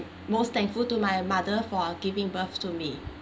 most thankful to my mother for giving birth to me